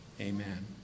Amen